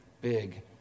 big